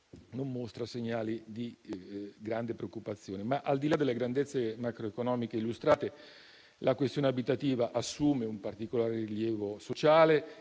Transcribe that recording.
non mostra segnali di grande preoccupazione. Al di là delle grandezze macroeconomiche illustrate, la questione abitativa assume un particolare rilievo sociale,